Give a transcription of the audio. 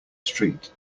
street